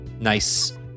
nice